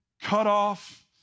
cut-off